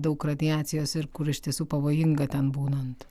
daug radiacijos ir kur iš tiesų pavojinga ten būnant